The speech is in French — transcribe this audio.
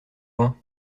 loin